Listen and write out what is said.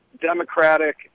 Democratic